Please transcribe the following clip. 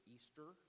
Easter